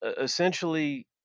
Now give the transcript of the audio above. Essentially